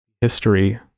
history